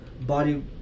body